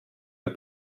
der